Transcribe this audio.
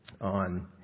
on